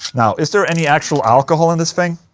now, is there any actual alcohol in this thing?